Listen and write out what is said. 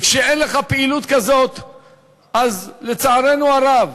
וכשאין לך פעילות כזאת אז, לצערנו הרב,